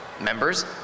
Members